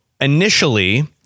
initially